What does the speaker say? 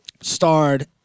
starred